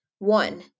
One